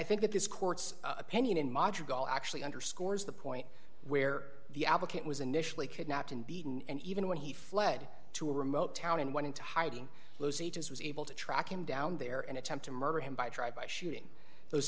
think that this court's opinion in module actually underscores the point where the applicant was initially kidnapped and beaten and even when he fled to a remote town and went into hiding was able to track him down there and attempt to murder him by tribe by shooting those